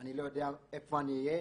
אני לא יודע איפה אני אהיה,